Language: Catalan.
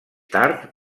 tard